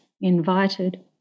invited